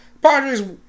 Padres